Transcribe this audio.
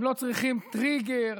הם לא צריכים טריגר,